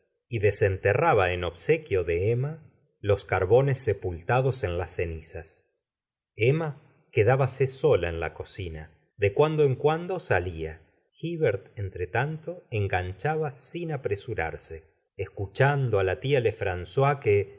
y desenterraba en ob gustavo flaubert sequío de emma los carbones sepultados en las ce nizas emma quedábase sola en la cocin t de cuando en cuando salia hiver entretanto enganchaba sin apresurarse escuchando á la tía lefran ois que